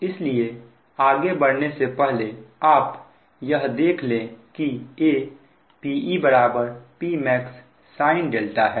इसलिए आगे बढ़ने से पहले आप यह देखें कि A PePmax sin है